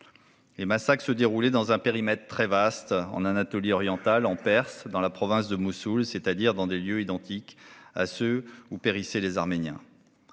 Les massacres se déroulaient dans un périmètre très vaste : en Anatolie orientale, en Perse et dans la province de Mossoul, c'est-à-dire dans des lieux identiques à ceux où périssaient les Arméniens.